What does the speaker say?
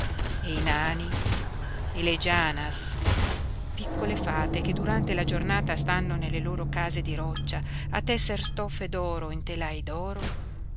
e i nani e le janas piccole fate che durante la giornata stanno nelle loro case di roccia a tesser stoffe d'oro in telai